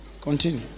continue